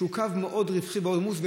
שהוא קו מאוד רווחי ועמוס,